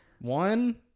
One